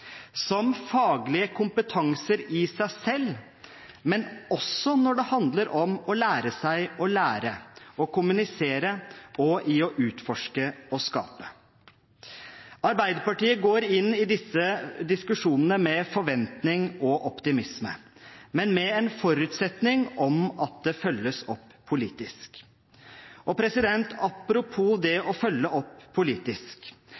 som faglig kompetanser i seg selv, men også når det handler om å lære seg å lære og kommunisere og i å utforske og skape. Arbeiderpartiet går inn i disse diskusjonene med forventning og optimisme, men med en forutsetning om at det følges opp politisk. Apropos det å følge opp politisk: